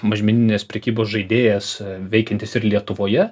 mažmeninės prekybos žaidėjas veikiantis ir lietuvoje